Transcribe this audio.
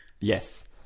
Yes